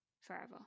forever